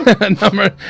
Number